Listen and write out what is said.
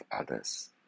others